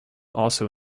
also